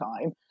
time